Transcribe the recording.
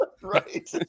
Right